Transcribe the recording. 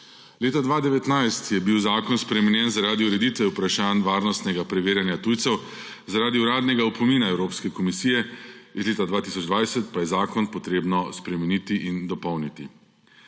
Leta 2019 je bil zakon spremenjen zaradi ureditve vprašanj varnostnega preverjanja tujcev zaradi uradnega opomina Evropske komisije, iz leta 2020 pa je zakon treba spremeniti in dopolniti.